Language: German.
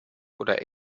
oder